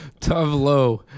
Tavlo